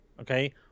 Okay